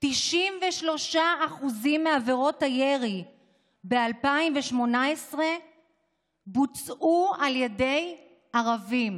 93% מעבירות הירי ב-2018 בוצעו על ידי ערבים,